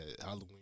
Halloween